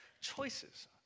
choices